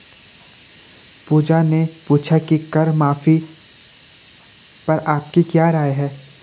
पूजा ने पूछा कि कर माफी पर आपकी क्या राय है?